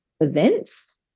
events